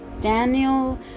Daniel